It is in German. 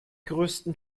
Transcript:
größten